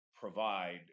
provide